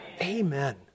Amen